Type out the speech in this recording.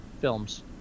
films